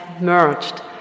merged